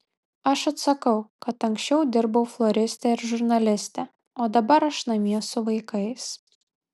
aš atsakau kad anksčiau dirbau floriste ir žurnaliste o dabar aš namie su vaikais